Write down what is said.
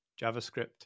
JavaScript